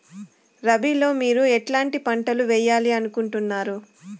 రబిలో మీరు ఎట్లాంటి పంటలు వేయాలి అనుకుంటున్నారు?